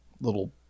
little